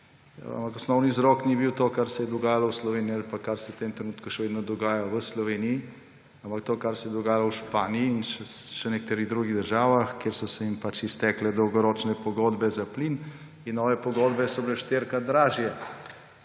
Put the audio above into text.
osnovni vzrok ni bil to, kar se je dogajalo v Sloveniji ali pa kar se v tem trenutku še vedno dogaja v Sloveniji, ampak to, kar se je dogajalo v Španiji in še v nekaterih drugih državah, kjer so se jim iztekle dolgoročne pogodbe za plin in nove pogodbe so bile štirikrat dražje.